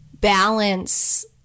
balance